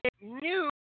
new